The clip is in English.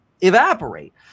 evaporate